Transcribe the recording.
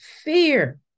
Fear